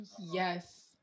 yes